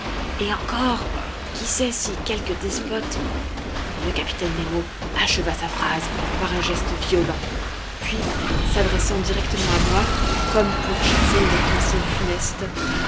et encore qui sait si quelque despote le capitaine nemo acheva sa phrase par un geste violent puis s'adressant directement à moi comme pour chasser une pensée funeste